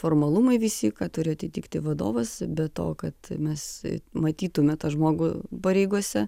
formalumai visi turi atitikti vadovas be to kad mes matytume tą žmogų pareigose